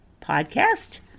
podcast